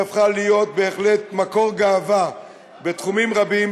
שהפכה להיות בהחלט מקור גאווה בתחומים רבים,